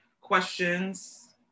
questions